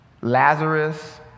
Lazarus